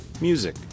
music